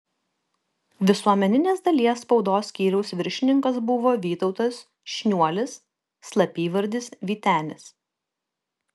visuomeninės dalies spaudos skyriaus viršininkas buvo vytautas šniuolis slapyvardis vytenis